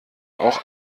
auch